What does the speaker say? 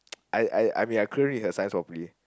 I I I mean I couldn't read her signs properly